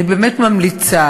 אני באמת ממליצה,